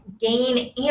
gain